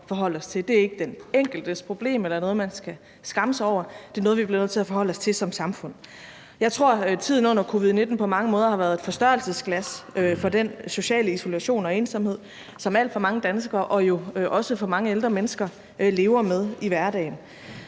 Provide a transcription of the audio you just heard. Det er ikke den enkeltes problem eller noget, man skal skamme sig over, det er noget, vi bliver nødt til at forholde os til som samfund. Jeg tror, tiden under covid-19 på mange måder har været et forstørrelsesglas for den sociale isolation og ensomhed, som alt for mange danskere og jo også mange ældre mennesker lever med i hverdagen.